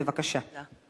בבקשה.